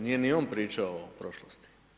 Nije ni on pričao o prošlosti.